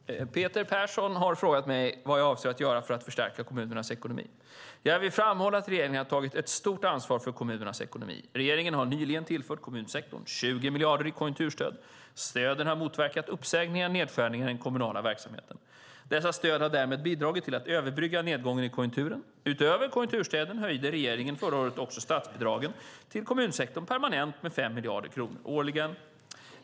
Herr talman! Peter Persson har frågat mig vad jag avser att göra för att förstärka kommunernas ekonomi. Jag vill framhålla att regeringen har tagit ett stort ansvar för kommunernas ekonomi. Regeringen har nyligen tillfört kommunsektorn 20 miljarder kronor i konjunkturstöd. Stöden har motverkat uppsägningar och nedskärningar i den kommunala verksamheten. Dessa stöd har därmed bidragit till att överbrygga nedgången i konjunkturen. Utöver konjunkturstöden höjde regeringen förra året också statsbidragen till kommunsektorn permanent med 5 miljarder kronor årligen.